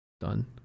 Done